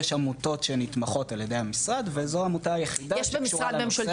יש עמותות שנתמכות על ידי המשרד וזו העמותה היחידה שקשורה לנושא הזה.